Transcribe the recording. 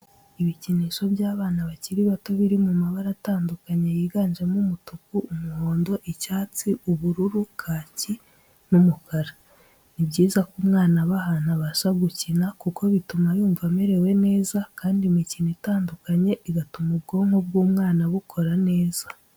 Ibikinisho by'abana bakiri bato biri mu mabara atandukanye yiganjemo umutuku, umuhondo, icyatsi, ubururu, kaki n'umukara, Ni byiza ko umwana aba ahantu abasha gukina kuko bituma yumva amerewe neza kandi imikino itandukanye igatuma ubwonko bw'umwana bukora neza.